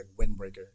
Windbreaker